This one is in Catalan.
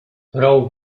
prou